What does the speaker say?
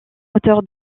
moteur